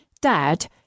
dad